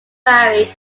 varied